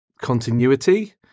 continuity